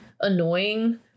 annoying